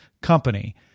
company